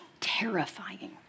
terrifying